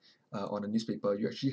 uh on the newspaper you actually